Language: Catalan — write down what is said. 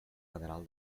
federal